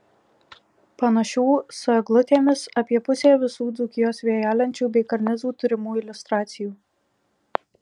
panašių su eglutėmis apie pusė visų dzūkijos vėjalenčių bei karnizų turimų iliustracijų